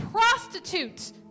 prostitute